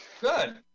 Good